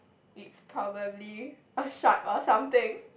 it's probably a shark or something